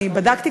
אני בדקתי,